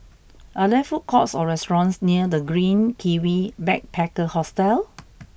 are there food courts or restaurants near The Green Kiwi Backpacker Hostel